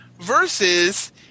versus